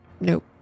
Nope